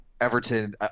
Everton